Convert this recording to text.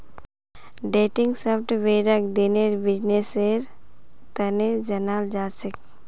trending सॉफ्टवेयरक दिनेर बिजनेसेर तने जनाल जाछेक